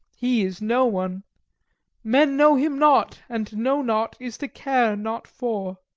he is no one men know him not and to know not is to care not for.